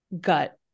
gut